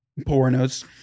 pornos